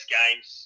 games